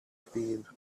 speed